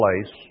place